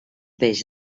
peix